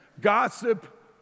gossip